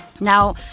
Now